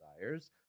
desires